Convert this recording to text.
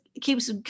keeps